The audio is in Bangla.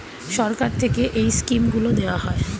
সরকার থেকে এই স্কিমগুলো দেওয়া হয়